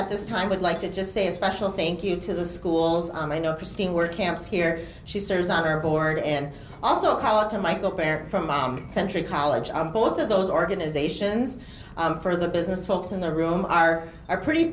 at this time would like to just say a special thank you to the schools and i know christine work camps here she serves on our board and also a call to michael parent from mom century college on both of those organizations for the business folks in the room are are pretty